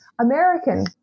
American